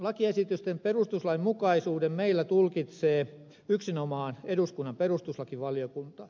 lakiesitysten perustuslainmukaisuuden meillä tulkitsee yksinomaan eduskunnan perustuslakivaliokunta